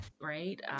right